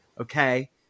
Okay